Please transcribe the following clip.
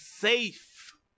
Safe